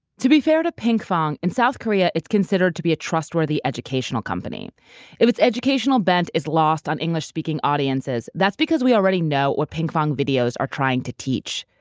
to be fair to pinkfong, in south korea, it's considered to be a trustworthy educational company. if its educational bent is lost on english-speaking audiences, that's because we already know what pinkfong videos are trying to teach,